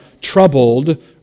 troubled